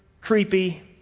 creepy